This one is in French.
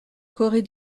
corée